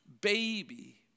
baby